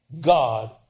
God